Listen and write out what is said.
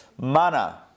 Mana